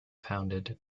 founded